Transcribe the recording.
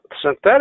synthetic